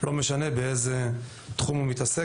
לא משנה באיזה תחום הוא מתעסק,